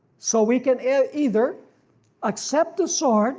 so we can either accept the sword